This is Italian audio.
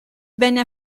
venne